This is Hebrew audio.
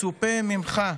מצופה ממך,